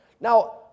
Now